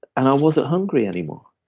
and i wasn't hungry anymore.